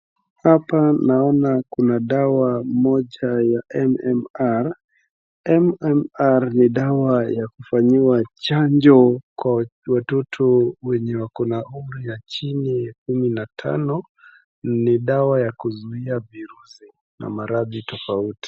Hapa naona kuna dawa moja ya MMR. MMR ni dawa ya kufanyiwa chanjo kwa watoto wenye wako na umri ya chini ya kumi na tano. Ni dawa ya kuzuia virusi na maradhi tofauti.